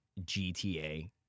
GTA